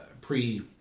pre